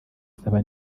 saba